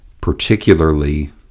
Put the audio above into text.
particularly